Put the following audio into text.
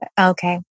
Okay